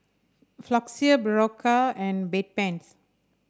Floxia Berocca and Bedpans